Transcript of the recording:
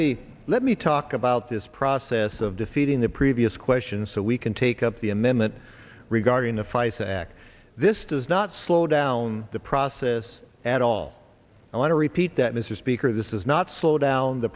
me let me talk about this process of defeating the previous question so we can take up the amendment regarding the feis act this does not slow down the process at all i want to repeat that mr speaker this is not slowed down the